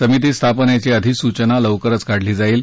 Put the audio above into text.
समिती स्थापनेची अधिसूचना लवकरच काढली जाईल